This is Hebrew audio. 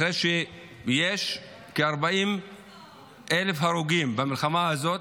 אחרי שיש כ-40,000 הרוגים במלחמה הזאת,